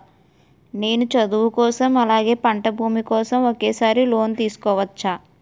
నేను చదువు కోసం అలాగే పంట భూమి కోసం ఒకేసారి లోన్ తీసుకోవచ్చా?